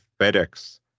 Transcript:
FedEx